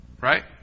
right